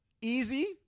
easy